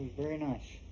very nice.